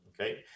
okay